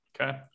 okay